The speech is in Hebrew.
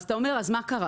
אז אתה אומר: מה קרה?